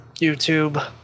YouTube